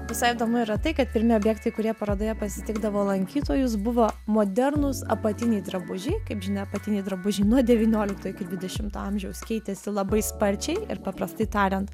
visai įdomu yra tai kad pirmi objektai kurie parodoje pasitikdavo lankytojus buvo modernūs apatiniai drabužiai kaip žinia apatiniai drabužiai nuo devyniolikto iki dvidešimo amžiaus keitėsi labai sparčiai ir paprastai tariant